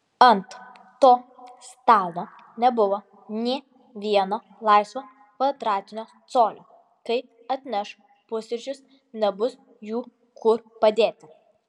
ant to stalo nebuvo nė vieno laisvo kvadratinio colio kai atneš pusryčius nebus jų kur padėti